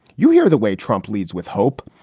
you hear the way trump leads with hope,